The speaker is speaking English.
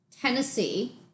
Tennessee